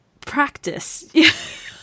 practice